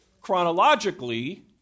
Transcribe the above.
chronologically